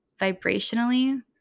vibrationally